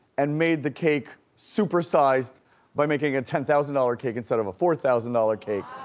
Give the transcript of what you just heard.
and made the cake supersized by making a ten thousand dollars cake instead of a four thousand dollars cake.